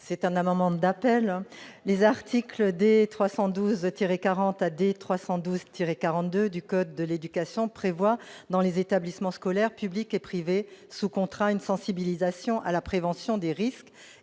d'un amendement d'appel. Les articles D. 312-40 à D. 312-42 du code de l'éducation prévoient, dans les établissements scolaires publics et privés sous contrat, une sensibilisation à la prévention des risques